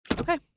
Okay